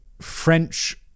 french